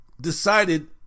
decided